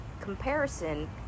comparison